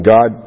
God